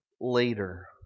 later